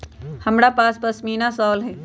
हमरा पास पशमीना शॉल हई